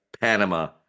panama